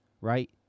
right